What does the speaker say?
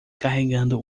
carregando